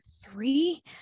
three